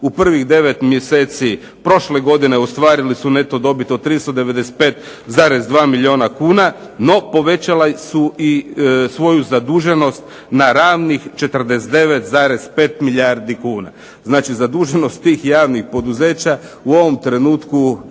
u prvih 9 mjeseci prošle godine ostvarili su neto dobit od 395,2 milijuna kuna. No povećala su i svoju zaduženost na ravnih 49,5 milijardi kuna. Znači, zaduženost tih javnih poduzeća u ovom trenutku